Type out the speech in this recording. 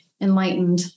enlightened